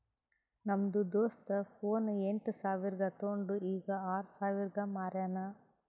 ನಮ್ದು ದೋಸ್ತ ಫೋನ್ ಎಂಟ್ ಸಾವಿರ್ಗ ತೊಂಡು ಈಗ್ ಆರ್ ಸಾವಿರ್ಗ ಮಾರ್ಯಾನ್